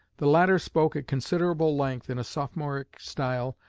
the latter spoke at considerable length, in a sophomoric style,